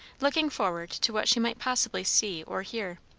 looking forward to what she might possibly see or hear.